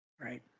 Right